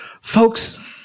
Folks